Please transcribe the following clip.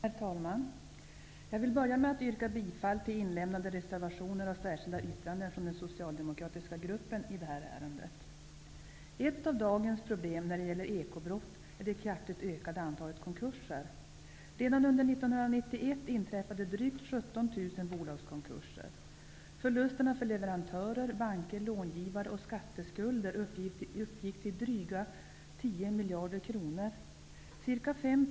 Herr talman! Jag vill börja med att yrka bifall till inlämnade reservationer och särskilda yttranden från den socialdemokratiska gruppen i detta ärende. Ett av dagens problem när det gäller ekobrott är det kraftigt ökade antalet konkurser. Redan under Förlusterna för leverantörer, banker, långivare och skatteskulder uppgick till drygt 10 miljarder kronor.